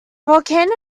volcano